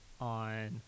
on